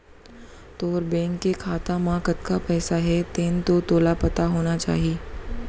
तोर बेंक के खाता म कतना पइसा हे तेन तो तोला पता होना चाही?